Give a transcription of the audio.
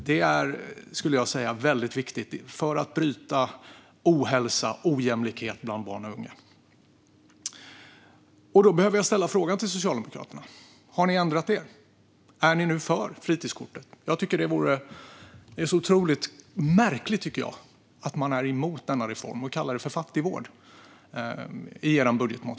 Detta är väldigt viktigt för att bryta ohälsa och ojämlikhet bland barn och unga. Därför ställer jag frågan till Socialdemokraterna: Har ni ändrat er och är för fritidskortet? Det är mycket märkligt att ni är emot denna reform.